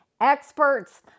experts